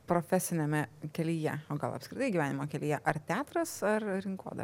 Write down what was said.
profesiniame kelyje o gal apskritai gyvenimo kelyje ar teatras ar rinkodara